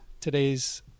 today's